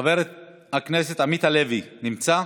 חבר הכנסת עמית הלוי נמצא?